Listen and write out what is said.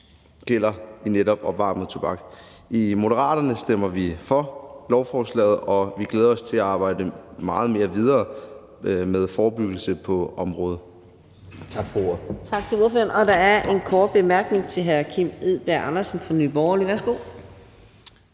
gælder netop opvarmet tobak. I Moderaterne stemmer vi for lovforslaget, og vi glæder os til at arbejde meget mere med forebyggelse på området. Tak for ordet. Kl. 18:47 Fjerde næstformand (Karina Adsbøl): Tak til ordføreren. Der er en kort bemærkning fra hr. Kim Edberg Andersen fra Nye Borgerlige. Værsgo.